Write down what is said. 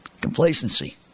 complacency